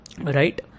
Right